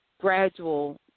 gradual